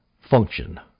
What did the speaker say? function